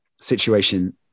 situation